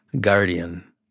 guardian